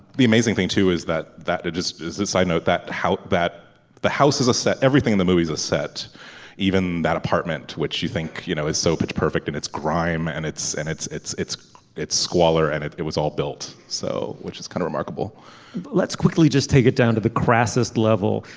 the amazing thing too is that that is just a side note that house that the house is a set everything in the movie is a set even that apartment which you think you know is soap it's perfect and it's grime and it's and it's it's it's it's squalor and it it was all built so which is kind of remarkable let's quickly just take it down to the crisis level.